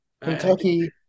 Kentucky